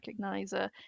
recognizer